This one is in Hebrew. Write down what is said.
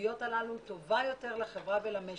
הסוגיות הללו טובה יותר לחברה ולמשק.